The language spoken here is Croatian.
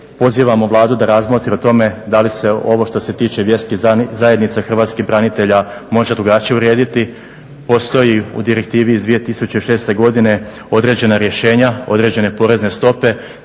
Pozivamo Vladu da razmotri o tome da li se ovo što se tiče vjerskih zajednica, hrvatskih branitelja može drugačije urediti. Postoji u direktivi iz 2006. godine određena rješenja, određene porezne stope